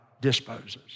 disposes